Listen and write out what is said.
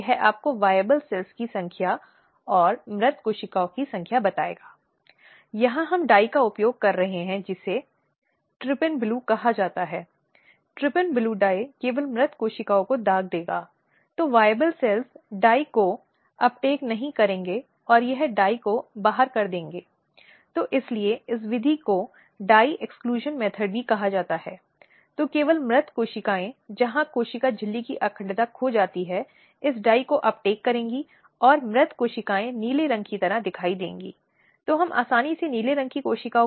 यह निर्णय महत्वपूर्ण है क्योंकि हम शायद इस तथ्य से अवगत हैं कि देश के कई राज्यों में और कई समुदायों में अगर इस प्रकार अगर परिवार में एक लड़की पर ऐसा अपराध होता है तो परिवार वस्तुतः समाज से बाहर जाति से बाहर कर दिया जाता है समाज में उसकी शादी की संभावना पर असर होता है